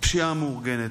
הפשיעה המאורגנת.